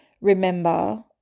Remember